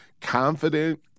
confident